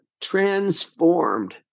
transformed